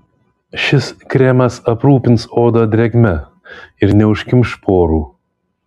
šis kremas aprūpins odą drėgme ir neužkimš porų